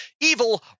evil